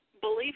believe